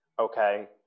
okay